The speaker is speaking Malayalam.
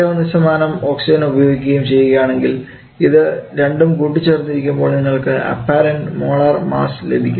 21 ഓക്സിജന് ഉപയോഗിക്കുകയ്യും ചെയ്യുകയാണെങ്കിൽ ഇത് രണ്ടും കൂട്ടിച്ചേർക്കുമ്പോൾ നിങ്ങൾക്ക് അപ്പാരൻറ് മോളാർ മാസ്സ് ലഭിക്കും